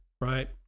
right